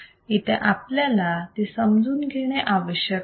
इथे आपल्याला ते समजून घेणे आवश्यक आहे